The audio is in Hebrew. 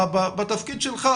בתפקיד שלך,